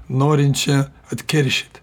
norinčia atkeršyt